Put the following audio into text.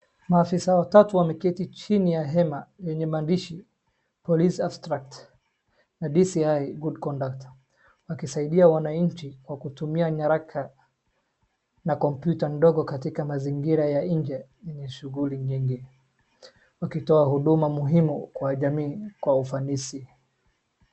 Maafisa watatu wameketi chini ya hema lenye maandishi police abstract na DCI good conduct wakisaidia wananchi kwa kutumia nyaraka na kompyuta ndogo katiaka maeneo na mazingira ya nje yenye shughuli nyingi. Wakitoa huduma muhuhimu kwa jamii kwa ufanisi.